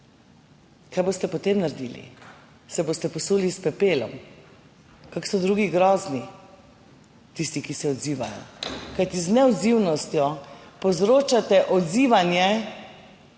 Kaj boste potem naredili? Se boste posuli s pepelom, kako so drugi grozni, tisti, ki se odzivajo? Kajti z neodzivnostjo povzročate odzivanje,